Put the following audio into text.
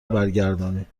برگردانید